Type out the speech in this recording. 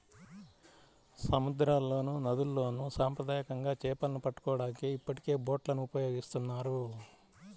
సముద్రాల్లోనూ, నదుల్లోను సాంప్రదాయకంగా చేపలను పట్టుకోవడానికి ఇప్పటికే బోట్లను ఉపయోగిస్తున్నారు